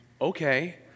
Okay